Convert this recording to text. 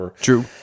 True